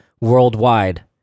worldwide